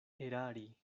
erari